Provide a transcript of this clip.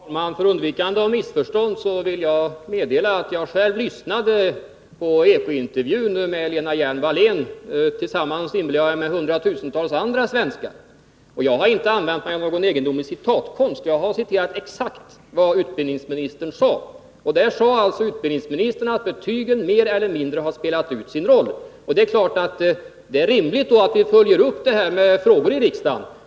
Herr talman! För undvikande av missförstånd vill jag meddela att jag själv lyssnade på Eko-intervjun med Lena Hjelm-Wallén, tillsammans med — inbillar jag mig — hundratusentals andra svenskar. Jag har inte använt mig av någon egendomlig citatkonst, utan jag har citerat exakt vad utbildningsministern sade. Utbildningsministern sade att betygen mer eller mindre spelat ut sin roll. Det är rimligt att vi följer upp detta med frågor i riksdagen.